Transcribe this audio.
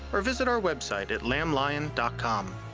or visit our website at lamblion com.